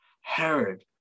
Herod